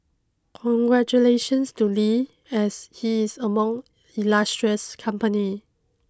congratulations to Lee as he is among illustrious company